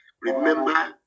remember